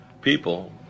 people